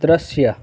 દૃશ્ય